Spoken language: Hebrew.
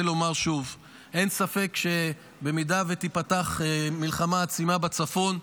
לומר שוב: אין ספק שבמידה שתיפתח מלחמה עצימה בצפון,